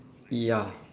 ya